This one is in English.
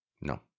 no